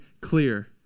clear